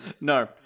No